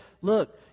Look